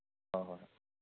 ꯍꯣꯏ ꯍꯣꯏ